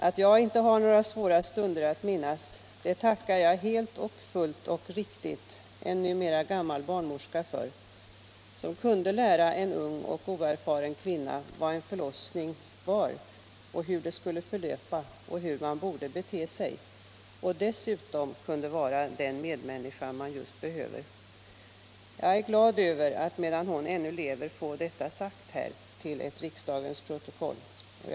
Att jag inte har några svåra stunder att minnas tackar jag helt och fullt och med all rätt en numera gammal barnmorska för, hon kunde lära en ung och oerfaren kvinna vad en förlossning var, hur den skulle förlöpa och hur man borde bete sig. Dessutom kunde hon vara den medmänniska man just behövde. Jag är glad över att få detta antecknat till ett riksdagens protokoll, medan hon ännu lever.